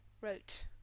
wrote